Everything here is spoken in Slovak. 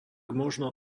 možno